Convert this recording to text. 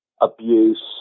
abuse